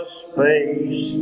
space